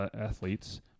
athletes